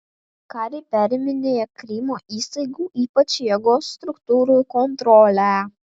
kariai periminėja krymo įstaigų ypač jėgos struktūrų kontrolę